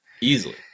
easily